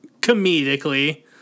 comedically